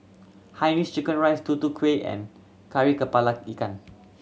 Hainanese chicken rice Tutu Kueh and Kari Kepala Ikan